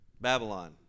Babylon